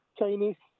Chinese